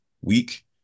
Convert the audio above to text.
week